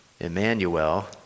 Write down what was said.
Emmanuel